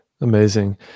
Amazing